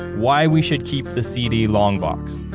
why we should keep the cd long box.